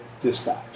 dispatch